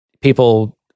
people